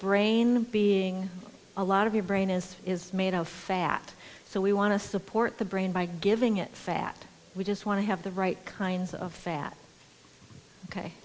brain being a lot of your brain is is made of fat so we want to support the brain by giving it fat we just want to have the right kinds of fat ok